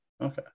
Okay